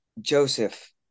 Joseph